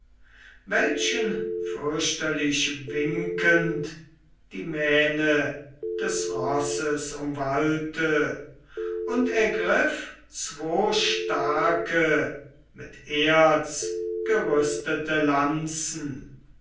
welchen fürchterlich winkend die mähne des rosses umwallte und ergriff zwo starke mit erz gerüstete lanzen